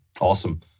Awesome